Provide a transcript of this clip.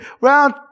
Round